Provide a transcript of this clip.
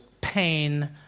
pain